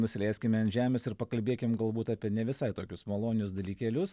nusileiskime ant žemės ir pakalbėkim galbūt apie ne visai tokius malonius dalykėlius